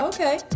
Okay